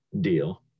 deal